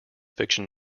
fiction